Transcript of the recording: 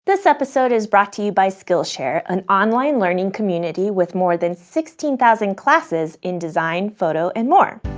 this episode is brought to you by skillshare, an online learning community with more than sixteen thousand classes in design, photo, and more.